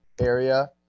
area